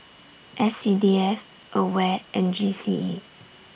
S C D F AWARE and G C E